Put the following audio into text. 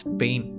pain